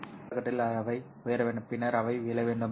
பாதி காலகட்டத்தில் அவை உயர வேண்டும் பின்னர் அவை விழ வேண்டும்